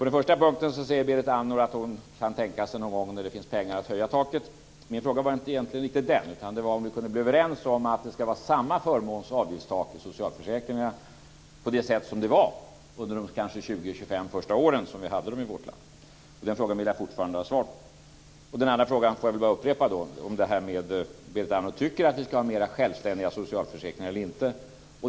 På den punkten säger Berit Andnor att hon kan tänka sig att höja taket någon gång när det finns pengar. Min fråga var egentligen inte den. Min fråga var om vi kan vara överens om att det ska vara samma förmåns och avgiftstak i socialförsäkringarna på det sätt som det var under de kanske 20-25 första åren som vi hade dem i vårt land. Den frågan vill jag fortfarande ha svar på. Den andra frågan får jag väl bara upprepa: Tycker Berit Andnor att vi ska ha mer självständiga socialförsäkringar eller inte?